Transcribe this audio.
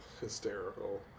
Hysterical